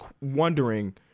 wondering